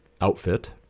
outfit